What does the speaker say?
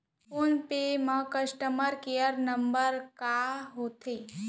Phone पे म customer care number ह का होथे?